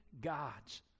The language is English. gods